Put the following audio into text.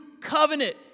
covenant